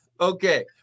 Okay